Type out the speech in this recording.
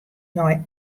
nei